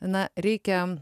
na reikia